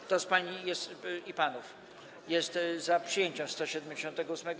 Kto z pań i panów jest za przyjęciem 178.